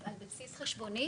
על בסיס חשבונית.